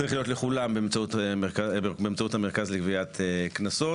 צריך להיות לכולם באמצעות המרכז לגביית קנסות.